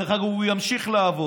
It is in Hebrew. דרך אגב, הוא ימשיך לעבור.